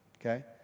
Okay